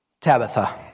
Tabitha